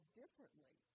differently